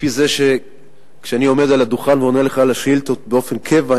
על-פי זה שכשאני עומד על הדוכן אני עונה לך על שאילתות באופן קבוע,